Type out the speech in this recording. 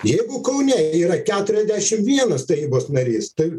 jeigu kaune yra keturiasdešim vienas tarybos narys tai